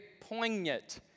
poignant